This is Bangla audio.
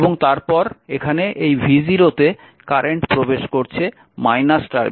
এবং তারপর এখানে এই v0 তে কারেন্ট প্রবেশ করছে টার্মিনালে